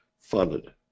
funded